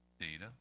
data